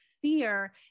fear